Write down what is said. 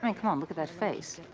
and come on, look at that face.